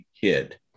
kid